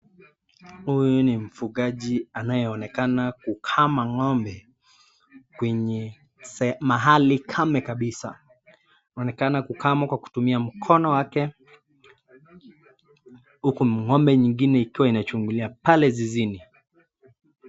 Huyu ni mfugaji anayeonekana kukama ng'ombe kwenye mahali kame kabisa. Inaonekana kukama kwa kutumia mkono wake uku ng'ombe nyingine ikiwa inachugulia pale zizini.